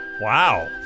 Wow